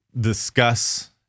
discuss